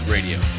Radio